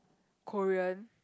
Korean